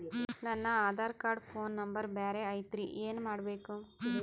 ನನ Aadhaar card phone number ಬ್ಯಾರೆ ಐತ್ರಿ ಏನ ಮಾಡಬೇಕು?